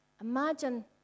Imagine